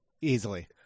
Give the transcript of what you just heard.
easily